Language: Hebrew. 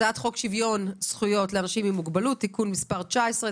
בהצעת חוק שוויון זכויות לאנשים עם מוגבלות (תיקון מס' 19),